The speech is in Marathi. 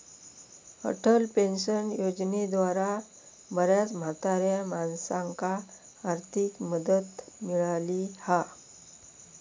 अटल पेंशन योजनेद्वारा बऱ्याच म्हाताऱ्या माणसांका आर्थिक मदत मिळाली हा